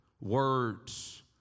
words